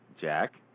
Jack